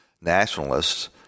nationalists